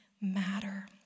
matter